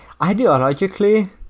Ideologically